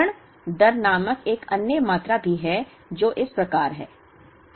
भरण दर नामक एक अन्य मात्रा भी है जो इस प्रकार है